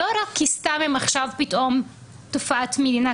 לא רק כי סתם הם עכשיו פתאום תופעת מדינה,